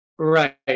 Right